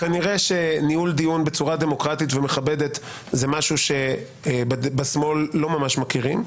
כנראה שניהול דיון בצורה דמוקרטית ומכבדת זה משהו שבשמאל לא ממש מכירים,